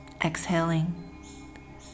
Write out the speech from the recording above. exhaling